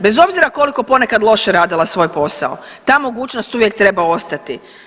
Bez obzira koliko ponekad loše radila svoj posao, ta mogućnost uvijek treba ostati.